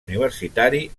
universitari